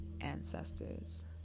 ancestors